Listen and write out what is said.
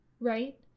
right